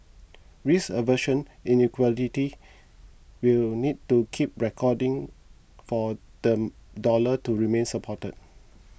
risk aversion in equities will need to keep receding for the dollar to remain supported